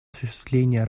осуществление